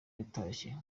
yatashye